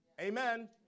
Amen